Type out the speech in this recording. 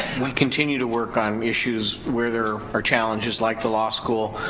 we continue to work on issues where there are challenges like the law school,